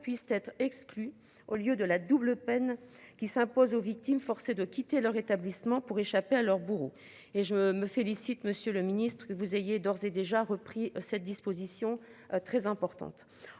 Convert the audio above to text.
puissent être exclue au lieu de la double peine qui s'impose aux victimes forcés de quitter leur établissement pour échapper à leurs bourreaux et je me félicite Monsieur le Ministre, que vous ayez d'ores et déjà repris cette disposition très importante.